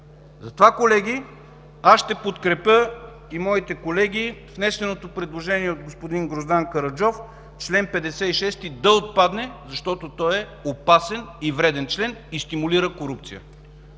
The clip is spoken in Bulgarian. Затова, колеги, ще подкрепя, а и моите колеги, внесеното предложение от господин Гроздан Караджов чл. 56 да отпадне, защото той е опасен, вреден член и стимулира корупция.